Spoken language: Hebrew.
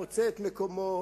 מוצא את מקומו,